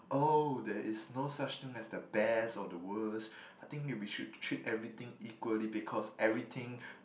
oh there is no such thing as the best or the worst I think we should treat everything equally because everything